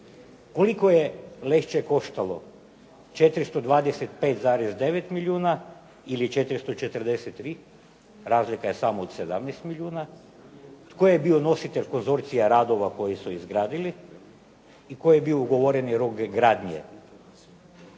Koliko je "Lešće" koštalo? 425,9 milijuna ili 443? Razlika je samo u 17 milijuna. Tko je bio nositelj konzorcija radova koji su izgradili i koji je bio ugovoreni rok gradnje?